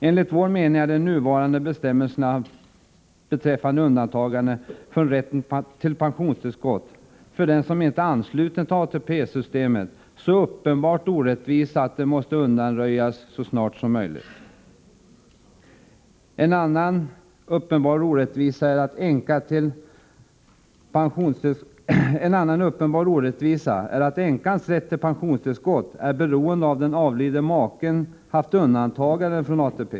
Enligt vår mening är de nuvarande bestämmelserna beträffande undantagande från rätten till pensionstillskott för den som inte är ansluten till ATP-systemet så uppenbart orättvisa att de måste undanröjas snarast möjligt. En annan uppenbar orättvisa är att änkas rätt till pensionstillskott är beroende av om den avlidne maken haft undantagande från ATP.